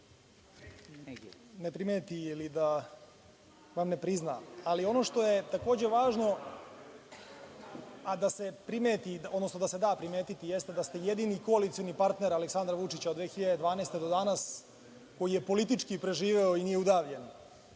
ne primeti ili da vam ne prizna, ali ono što je takođe važno, a da se da primetiti, jeste da ste vi jedini koalicioni partner Aleksandra Vučića od 2012. godine do danas koji je politički preživeo i nije udavljen